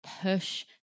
push